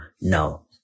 No